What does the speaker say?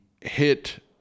hit